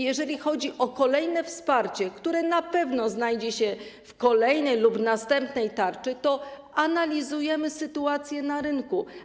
Jeżeli chodzi o kolejne wsparcie, które na pewno znajdzie się w kolejnej lub jeszcze następnej tarczy, to analizujemy sytuację na rynku.